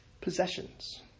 possessions